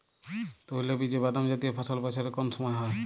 তৈলবীজ ও বাদামজাতীয় ফসল বছরের কোন সময় হয়?